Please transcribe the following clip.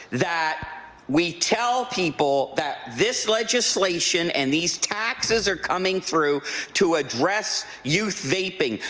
that we tell people that this legislation and these taxes are coming through to address youth vaping.